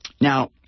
Now